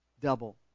Double